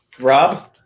Rob